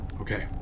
Okay